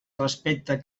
respecte